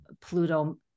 Pluto